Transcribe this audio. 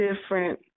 different